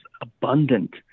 abundant